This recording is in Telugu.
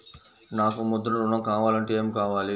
నాకు ముద్ర ఋణం కావాలంటే ఏమి కావాలి?